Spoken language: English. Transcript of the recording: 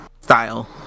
style